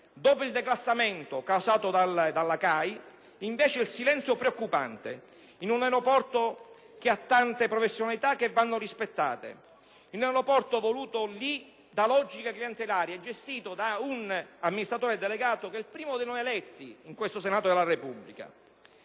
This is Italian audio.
Dopo il declassamento causato dalla CAI, invece, il silenzio preoccupante in un aeroporto che ha tante professionalità che vanno rispettate, un aeroporto voluto lì da logiche clientelari e gestito da un amministratore delegato che è il primo dei non eletti in questo Senato della Repubblica;